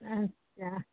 আচ্ছা